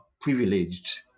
privileged